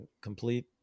complete